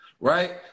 right